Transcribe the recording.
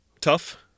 tough